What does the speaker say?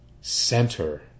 center